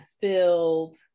filled